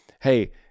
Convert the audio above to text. hey